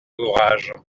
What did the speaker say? ouvrages